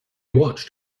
watched